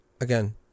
Again